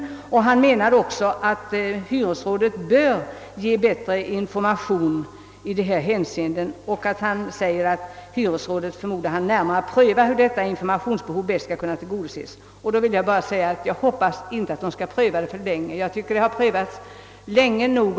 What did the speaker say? Han menade också att hyresrådet bör ge bättre information i dessa frågor. I svaret sades också att inrikesministern utgår ifrån att hyresrådet närmare prövar hur detta informationsbehov bäst skall kunna tillgodoses. Till detta vill jag bara säga att jag hoppas att hyresrådet inte prövar frågan för länge. Jag tycker att saken har prövats länge nog.